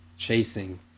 chasing